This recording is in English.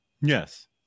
Yes